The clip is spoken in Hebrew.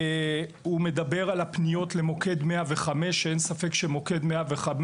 הוא מדבר על הפניות למוקד 105. אין ספק שמוקד 105,